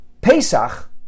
Pesach